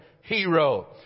hero